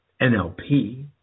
NLP